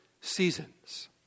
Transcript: seasons